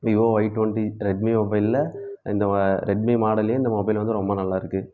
Vivo Y twenty Redmi மொபைலில் இந்த Redmi மாடல்லையே இந்த மொபைல் வந்து ரொம்ப நல்லாருக்கு